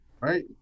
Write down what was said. right